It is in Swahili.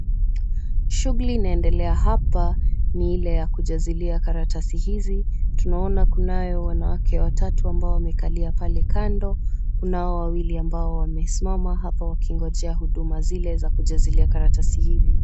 Shughuli inaendelea hapa ni ile ya kujazilia karatasi hizi tunaona kunayo wanawake watatu ambao wamekalia pale kando kunao wawili ambao wamesimama hapa wakingojea huduma zile za kujazia karatasi hizi.